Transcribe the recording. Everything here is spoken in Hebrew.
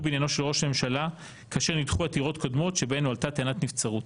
בעניינו של ראש הממשלה כאשר נדחו עתירות קודמות בהן הועלתה טענת נבצרות.